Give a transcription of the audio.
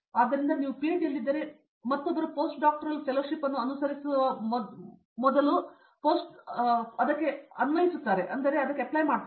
ಆದ್ದರಿಂದ ನೀವು ಪಿಎಚ್ಡಿನಲ್ಲಿದ್ದರೆ ಮತ್ತೊಬ್ಬರು ಪೋಸ್ಟ್ ಡಾಕ್ಟೋರಲ್ ಫೆಲೋಶಿಪ್ ಅನ್ನು ಅನುಸರಿಸಲು ಮುಂಚಿತವಾಗಿ ಪೋಸ್ಟ್ ಡಾಕ್ಟೋರಲ್ ಫೆಲೋಷಿಪ್ಗೆ ಅನ್ವಯಿಸುತ್ತಾರೆ